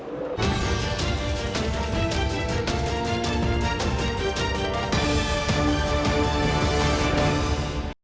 Дякую.